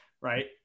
Right